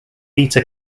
beta